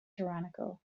tyrannical